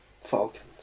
Falcons